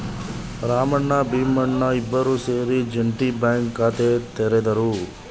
ರಾಮಣ್ಣ ಭೀಮಣ್ಣ ಇಬ್ಬರೂ ಸೇರಿ joint bank ಖಾತೆ ತೆರೆದರು